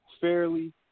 fairly